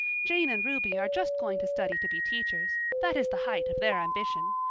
jane and ruby are just going to study to be teachers. that is the height of their ambition.